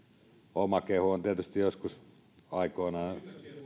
oma kehu on tietysti joskus aikoinaan